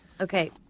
Okay